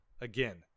again